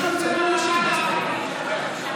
הציבור שלכם לא רצה שתעשו חוק חסינות,